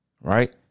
right